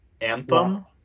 anthem